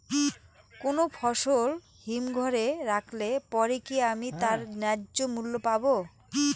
কোনো ফসল হিমঘর এ রাখলে পরে কি আমি তার ন্যায্য মূল্য পাব?